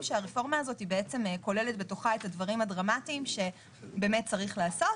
שהרפורמה כוללת בתוכה את הדברים הדרמטיים שצריך לעשות,